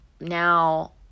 now